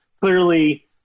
Clearly